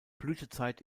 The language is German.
blütezeit